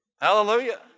Hallelujah